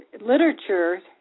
literature